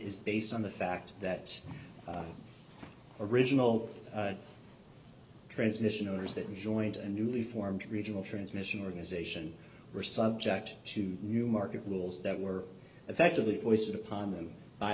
is based on the fact that original transmission owners that joined a newly formed regional transmission organization were subject to new market rules that were effectively foisted upon them by